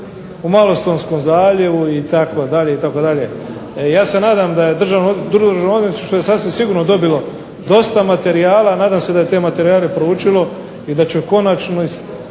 u Malostonskom zaljevu itd., itd. Ja se nadam da je Državno odvjetništvo, Državno odvjetništvo je sasvim sigurno dobilo dosta materijala, a nadam se da je te materijale proučilo i da će konačna